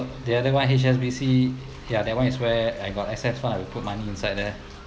the other [one] H_S_B_C ya that [one] is where I got S_F so I will put money inside there